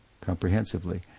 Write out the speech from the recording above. comprehensively